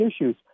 issues